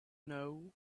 know